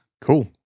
Cool